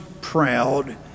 proud